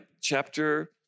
chapter